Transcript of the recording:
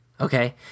Okay